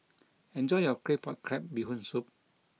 enjoy your Claypot Crab Bee Hoon Soup